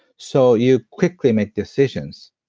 so you quickly make decisions.